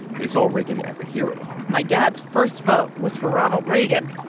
they saw reagan as a hero my dad's first vote was for ronald reagan.